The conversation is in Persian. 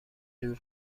دور